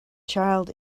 child